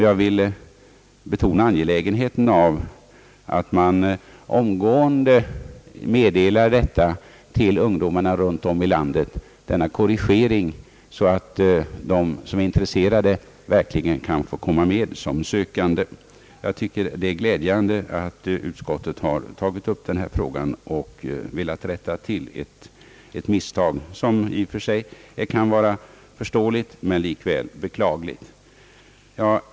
Jag vill betona angelägenheten av att man omgående meddelar denna korrigering till ungdomarna runt om i landet, så att de som är intresserade verkligen kan få komma med som sökande. Det är glädjande att utskottet har tagit upp denna fråga och velat rätta till ett misstag som i och för sig kan vara förståeligt, men likväl är beklagligt.